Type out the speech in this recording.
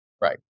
Right